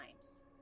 times